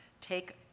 Take